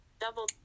Double